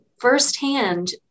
firsthand